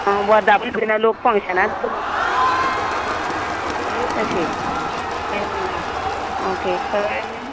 वर्धापन दिसा लोक फंक्शनां तशीं तेन्ना ओके कळ्ळें